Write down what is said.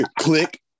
Click